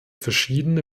verschiedene